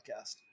podcast